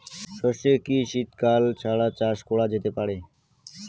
সর্ষে কি শীত কাল ছাড়া চাষ করা যেতে পারে?